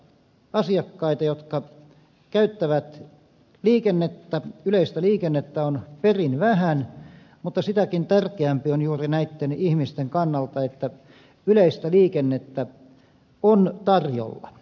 asiakkaita jotka käyttävät yleistä liikennettä on perin vähän mutta sitäkin tärkeämpää on juuri näitten ihmisten kannalta että yleistä liikennettä on tarjolla